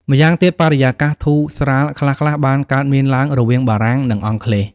ម្យ៉ាង ទៀតបរិយាកាសធូរស្រាល ខ្លះៗ បានកើតមានឡើងរវាងបារាំង និងអង់គ្លេស។